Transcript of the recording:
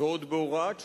ועוד בהוראת שעה.